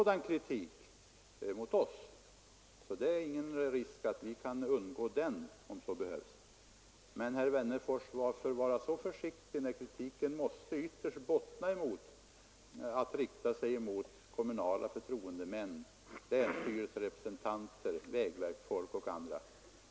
Det finns alltså ingen risk att vi skall undgå berättigad kritik. Men, herr Wennerfors, varför vara så försiktig när kritiken ytterst måste rikta sig mot kommunala förtroendemän, länsstyrelserepresentanter, vägverksfolk och andra?